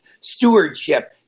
stewardship